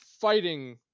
fighting